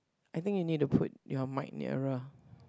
I think you need to put your mic nearer